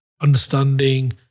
understanding